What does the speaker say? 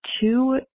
two